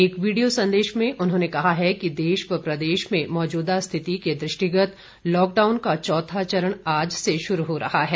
एक वीडियो संदेश में उन्होंने कहा है कि देश व प्रदेश में मौजूदा स्थिति के दृष्टिगत लॉकडाउन का चौथा चरण आज से शुरू हो रहा है